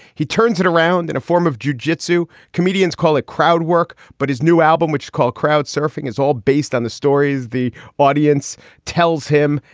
he turns it around in a form of jujitsu. comedians call it crowd work. but his new album, which is called crowd surfing, is all based on the stories the audience tells him.